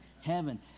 heaven